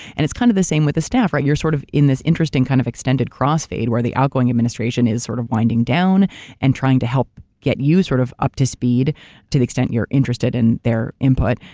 and it's kind of the same with the staff, you're sort of in this interesting kind of extended cross fade, where the outgoing administration is sort of winding down and trying to help get you sort of up to speed to the extent you're interested in their input.